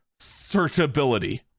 searchability